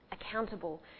accountable